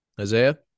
Isaiah